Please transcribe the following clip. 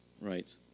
right